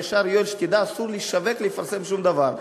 ישר: יואל, שתדע, אסור לשווק או לפרסם שום דבר.